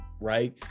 right